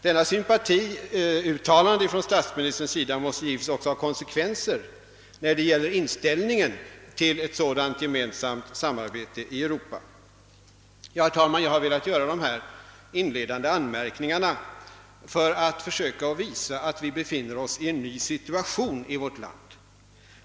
Detta sympatiuttalande av statsministern måste givetvis få konsekvenser när det gäller inställningen till samarbetet i Europa. Herr talman! Jag har velat göra dessa inledande anmärkningar för att söka visa att vi befinner oss i en ny situation i vårt land.